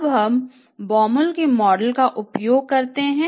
अब हम Baumol के मॉडल का उपयोग करते हैं